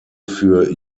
für